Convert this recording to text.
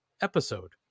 episode